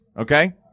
Okay